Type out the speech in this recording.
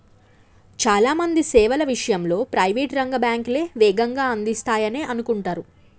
చాలా మంది సేవల విషయంలో ప్రైవేట్ రంగ బ్యాంకులే వేగంగా అందిస్తాయనే అనుకుంటరు